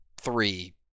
three